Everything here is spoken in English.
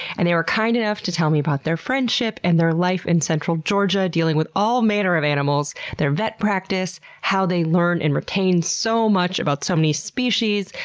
and they were kind enough to tell me about their friendship, and their life in central georgia dealing with all manner of animals, their vet practice, how they learns and retain so much about so many species,